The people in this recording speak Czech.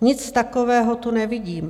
Nic takového tu nevidím.